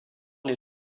les